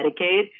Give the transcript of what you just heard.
Medicaid